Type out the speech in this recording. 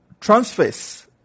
transfers